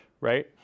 right